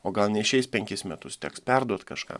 o gal neišeis penkis metus teks perduot kažką